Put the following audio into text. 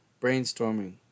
brainstorming